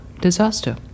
disaster